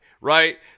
right